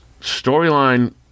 storyline